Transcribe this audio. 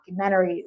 documentaries